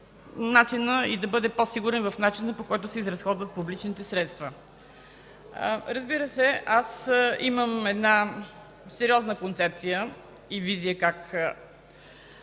и да бъде по-сигурен в начина, по който се изразходват публичните средства. Разбира се, имам сериозна концепция и визия как